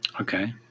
Okay